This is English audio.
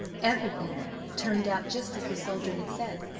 everything turned out just as the soldier had said.